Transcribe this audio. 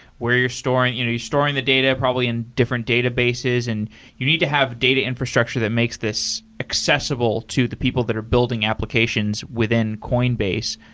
where you're storing you know you're storing the data probably in different databases, and you need to have data infrastructure that makes this accessible to the people that are building applications within coinbase.